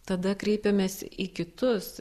tada kreipėmės į kitus